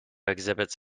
exhibits